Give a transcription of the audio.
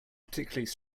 particularly